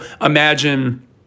imagine